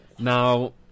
Now